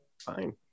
fine